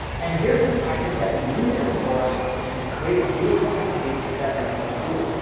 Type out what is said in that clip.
and here's some tactics that you can employ to create a beautiful home page that ranks on google.